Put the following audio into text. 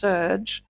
Surge